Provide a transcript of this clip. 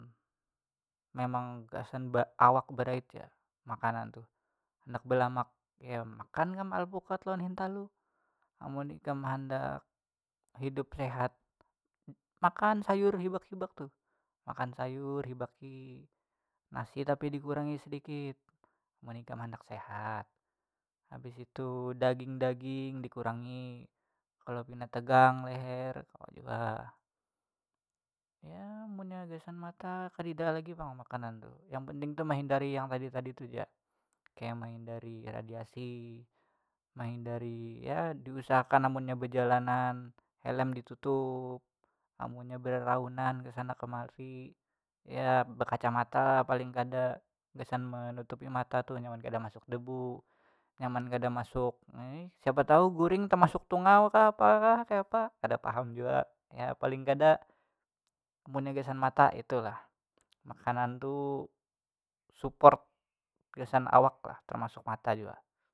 Memang gasan awak barait ja makanan tuh handak belamak ya makan kam alpukat lawan hintalu amun ikam handak hidup sehat makan sayur hibak hibak tuh makan sayur hibaki nasi tapi dikurangi sedikit amun ikam handak sehat habis itu daging daging dikurangi kalo pina tegang leher kawa jua yaa amunnya gasan mata kadada lagi pang makanan tuh yang penting tuh mahindari yang tadi tadi tu ja kaya mahindari radiasi mahindari ya diusahakan amunnya bejalanan helm ditutup amunnya bereraunan ke sana kemari ya bekacamata paling kada gasan manutupi mata tuh nyaman kada masuk debu nyaman kada masuk siapa tau guring tamasuk tungau kah apakah kayapa kada paham jua ya paling kada munnya gasan mata itu lah makanan tu support gasan awak lah tamasuk mata jua.